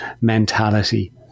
mentality